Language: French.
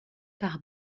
par